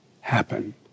happen